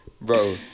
bro